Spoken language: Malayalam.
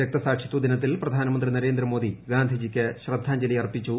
രക്തസാക്ഷിത്വ ദിന്ത്തിൽ പ്രധാനമന്ത്രി നരേന്ദ്രമോദി ഗാന്ധിജിക്ക് ശ്രദ്ധാഞ്ജല്ി അർപ്പിച്ചു